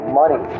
money